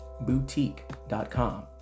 boutique.com